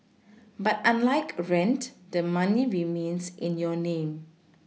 but unlike rent the money remains in your name